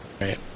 Right